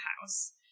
house